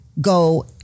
go